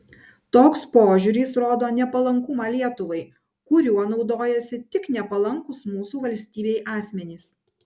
toks požiūris rodo nepalankumą lietuvai kuriuo naudojasi tik nepalankūs mūsų valstybei asmenys